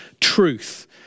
truth